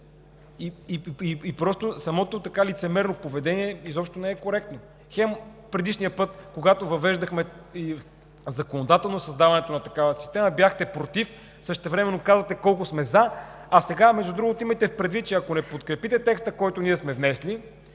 Вие. Самото лицемерно поведение изобщо не е коректно. Хем предишния път, когато въвеждахме законодателно създаването на такава система, бяхте „против“, същевременно казвате колко сте „за“. Имайте предвид, че ако не подкрепите текста, който сме внесли,